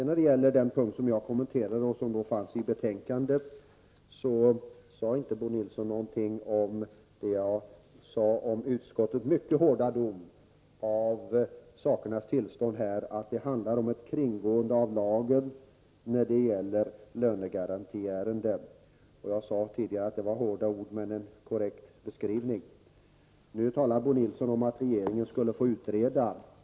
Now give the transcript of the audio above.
När det gäller den punkt som jag kommenterade och som finns i betänkandet sade Bo Nilsson inte något om det som jag anförde om utskottets mycket hårda dom över sakernas tillstånd, nämligen att det handlar om ett kringgående av lagen när det gäller lönegarantiärenden. Jag sade tidigare att det var hårda ord men en korrekt beskrivning. Nu talar Bo Nilsson om att regeringen skulle få utreda.